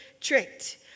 tricked